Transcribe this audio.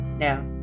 Now